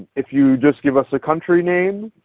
if you just give us a country name,